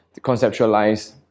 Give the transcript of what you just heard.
conceptualize